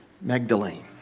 Magdalene